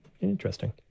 Interesting